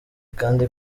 kandi